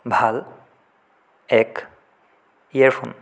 ভাল এক ইয়েৰফোন